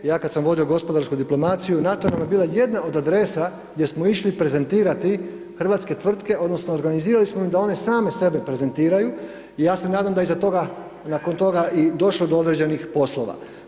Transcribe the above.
Ja kada sam vodio gospodarsku diplomaciju, NATO mi je bio jedna od adresa gdje smo išli prezentirati hrvatske tvrtke, odnosno, organizirali smo da one same sebe prezentiraju i ja se nadam da iza toga, nakon toga i došlo do određenih poslova.